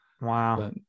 wow